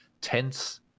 tense